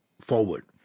forward